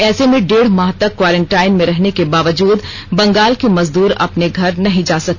ऐसे में डेढ़ माह तक कोरेन्टाइन में रहने के बावजूद बंगाल के मजदूर अपने घर नहीं जा सके